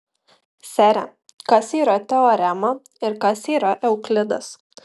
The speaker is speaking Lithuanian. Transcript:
sere kas yra teorema ir kas yra euklidas